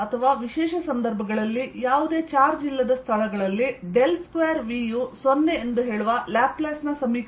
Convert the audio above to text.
ಅಥವಾ ವಿಶೇಷ ಸಂದರ್ಭಗಳಲ್ಲಿ ಯಾವುದೇ ಚಾರ್ಜ್ ಇಲ್ಲದ ಸ್ಥಳಗಳಲ್ಲಿ ಡೆಲ್ ಸ್ಕ್ವೇರ್ V ಯು 0 ಎಂದು ಹೇಳುವ ಲ್ಯಾಪ್ಲೇಸ್ ನ ಸಮೀಕರಣ